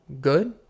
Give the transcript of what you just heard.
good